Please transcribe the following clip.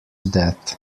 death